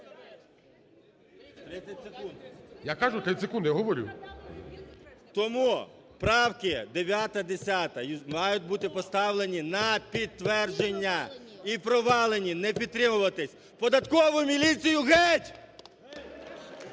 Тому правки 9, 10-а мають бути поставлені на підтвердження, і провалені – не підтримуватись. Податкову міліцію геть!